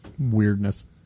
weirdness